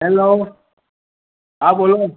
hello હા બોલો